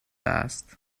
است